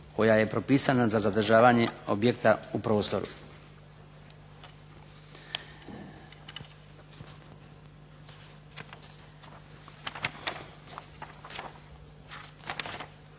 koja je propisana za zadržavanje objekta u prostoru.